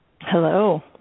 Hello